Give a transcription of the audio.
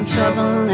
Trouble